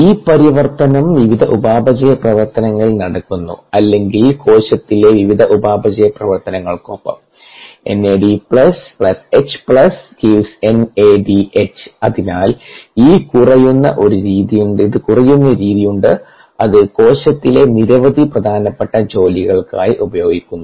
ഈ പരിവർത്തനം വിവിധ ഉപാപചയ പ്രവർത്തനങ്ങളിൽ നടക്കുന്നു അല്ലെങ്കിൽ കോശത്തിലെ വിവിധ ഉപാപചയ പ്രതിപ്രവർത്തനങ്ങൾക്കൊപ്പം 𝑁𝐴𝐷 𝐻 ↔ 𝑁𝐴𝐷𝐻 അതിനാൽ ഇത് കുറയുന്ന ഒരു രീതിയുണ്ട് അത് കോശത്തിലെ നിരവധി പ്രധാനപ്പെട്ട ജോലികൾക്കായി ഉപയോഗിക്കുന്നു